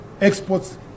exports